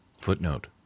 Footnote